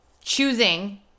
choosing